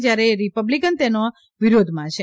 જયારે રીપબ્લીકન તેના વિરોધમાં છે